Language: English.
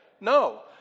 No